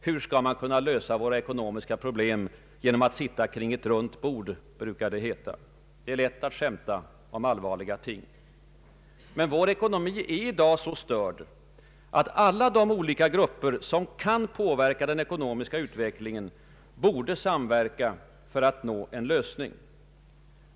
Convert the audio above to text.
Hur skall man kunna lösa våra ekonomiska problem genom att sitta kring ett runt bord, brukar det heta. Det är lätt att skämta även om allvarliga ting. Men vår ekonomi är i dag så störd, att alla de olika grupper som kan påverka den ekonomiska utvecklingen borde samverka för att nå en lösning.